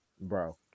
bro